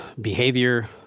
behavior